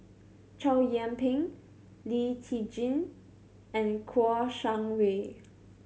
Chow Yian Ping Lee Tjin and Kouo Shang Wei